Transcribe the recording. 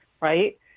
right